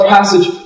passage